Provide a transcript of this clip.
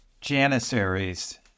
janissaries